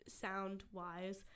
sound-wise